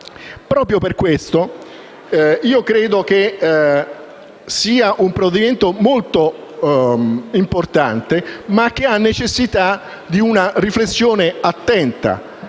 Proprio per questo io credo che si tratti di un provvedimento molto importante, che tuttavia necessita di una riflessione attenta.